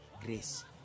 grace